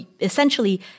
essentially